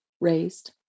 raised